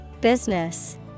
Business